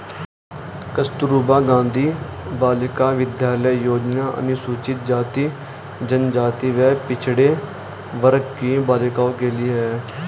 कस्तूरबा गांधी बालिका विद्यालय योजना अनुसूचित जाति, जनजाति व पिछड़े वर्ग की बालिकाओं के लिए है